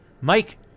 mike